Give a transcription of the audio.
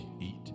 eat